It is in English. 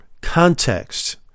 context